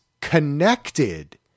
connected